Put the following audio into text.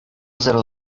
zero